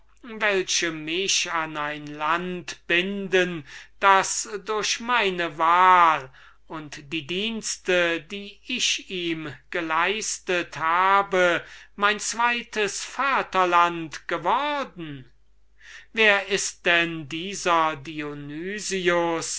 welche mich an ein land binden das durch meine wahl und die dienste die ich ihm geleistet habe mein zweites vaterland worden ist wer ist denn dieser